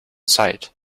sight